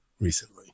recently